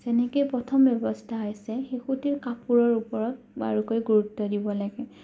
যেনেকৈ প্ৰথম ব্যৱস্থা হৈছে শিশুটিৰ কাপোৰৰ ওপৰত বাৰুকৈ গুৰুত্ব দিব লাগে